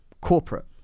corporate